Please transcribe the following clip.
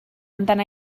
amdana